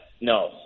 no